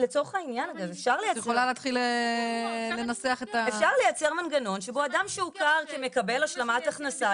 לצורך העניין אפשר ליצר מנגנון שבו אדם שהוכר כמקבל השלמת הכנסה,